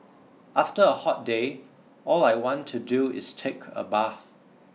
after a hot day all I want to do is take a bath